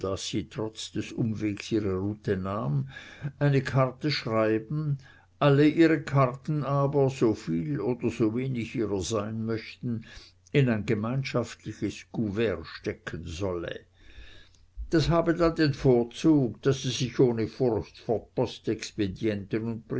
sie trotz des umwegs ihre route nahm eine karte schreiben alle ihre karten aber soviel oder sowenig ihrer sein möchten in ein gemeinschaftliches couvert stecken solle das habe dann den vorzug daß sie sich ohne furcht vor